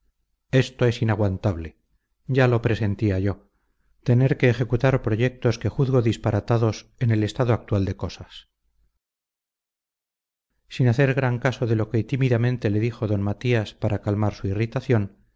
esto es inaguantable ya lo presentía yo tener que ejecutar proyectos que juzgo disparatados en el estado actual de cosas sin hacer gran caso de lo que tímidamente le dijo d matías para calmar su irritación